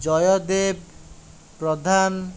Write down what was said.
Jaydev Pradhan